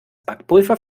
backpulver